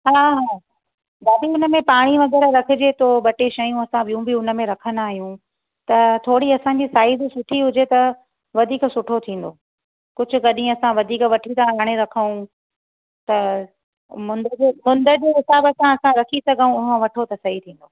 हा हा दादी हुन में पाणी वग़ैरह रखिजे थो ॿ टे शयूं असां ॿियूं बि हुन में रखंदा आहियूं त थोरी असांजी साईज सुठी हुजे त वधीक सुठो थींदो कुझु कॾहिं असां वधीक वठी था हाणे रखऊं त मुंदि जे मुंदि जे हिसाब सां असां रखी सघऊं उहो वठो त सही थींदो